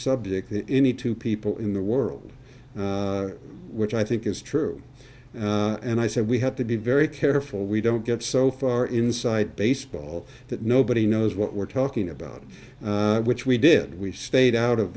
subject any two people in the world which i think is true and i said we have to be very careful we don't get so far inside baseball that nobody knows what we're talking about which we did we stayed out of